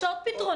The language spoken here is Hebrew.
יש עוד פתרונות.